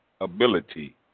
ability